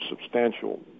substantial